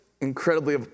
incredibly